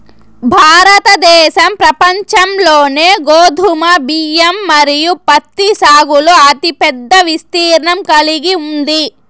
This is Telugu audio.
భారతదేశం ప్రపంచంలోనే గోధుమ, బియ్యం మరియు పత్తి సాగులో అతిపెద్ద విస్తీర్ణం కలిగి ఉంది